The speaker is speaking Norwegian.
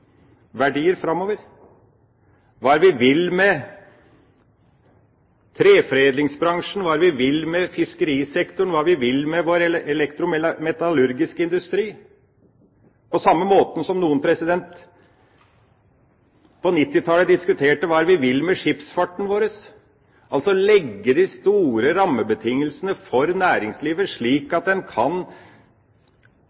framover, hva er det vi vil med treforedlingsbransjen, hva er det vi vil med fiskerisektoren, hva er det vi vil med vår elektrometallurgiske industri – på samme måten som noen på 1990-tallet diskuterte hva vi ville med skipsfarten vår, altså legge de store rammebetingelsene for næringslivet, slik